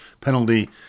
penalty